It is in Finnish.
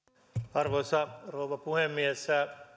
arvoisa rouva puhemies